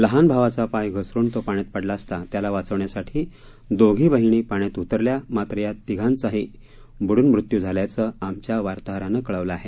लहान भावाचा पाय घसरुन तो पाण्यात पडला असता त्याला वाचवण्यासाठी दोघी बहिणी पाण्यात उतरल्या मात्र यात तिघांचाही बुडून मृत्यू झाल्याचं आमच्या वार्ताहरानं कळवलं आहे